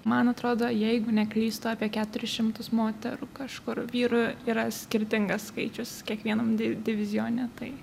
man atrodo jeigu neklystu apie keturis šimtus moterų kažkur vyrų yra skirtingas skaičius kiekvienam div divizione tai